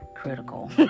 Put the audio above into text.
Critical